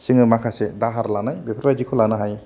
जोङो माखासे दाहार लानो बेफोरबायदिखौ लानो हायो